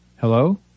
Hello